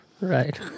Right